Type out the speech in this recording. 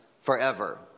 forever